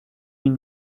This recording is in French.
une